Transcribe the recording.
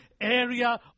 area